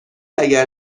اگر